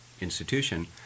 institution